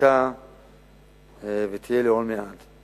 היתה ותהיה לעולמי עד.